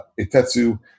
Itetsu